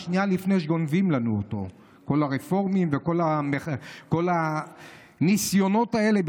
שנייה לפני גונבים לנו אותו כל הרפורמים וכל הניסיונות האלה,